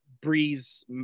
Breeze